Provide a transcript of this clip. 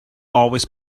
always